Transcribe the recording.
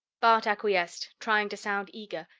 bart acquiesced, trying to sound eager,